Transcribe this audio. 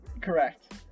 Correct